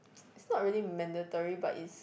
is not really mandatory but is